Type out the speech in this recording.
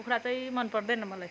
कुखुरा चाहिँ मन पर्दैन मलाई